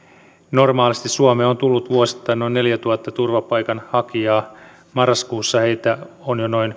normaalisti suomeen on tullut vuosittain noin neljätuhatta turvapaikanhakijaa marraskuussa heitä on jo noin